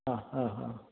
ആ ആ ആ